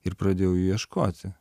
ir pradėjau jų ieškoti